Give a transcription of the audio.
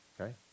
Okay